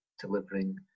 delivering